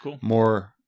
more